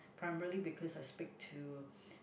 primarily because I speak to